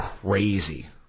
crazy